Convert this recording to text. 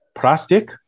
plastic